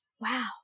Wow